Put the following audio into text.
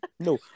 No